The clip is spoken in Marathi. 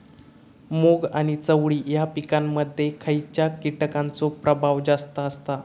मूग आणि चवळी या पिकांमध्ये खैयच्या कीटकांचो प्रभाव जास्त असता?